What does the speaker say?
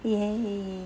ya